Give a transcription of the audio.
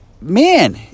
man